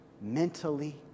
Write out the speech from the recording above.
mentally